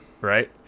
Right